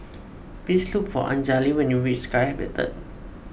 please look for Anjali when you reach Sky Habitat